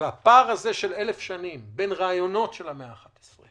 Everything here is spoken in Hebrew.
הפער הזה, של אלף שנים, בין רעיונות של המאה ה-11